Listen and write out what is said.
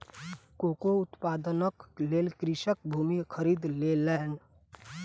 cocoa के उत्पादनक लेल कृषक भूमि खरीद लेलैन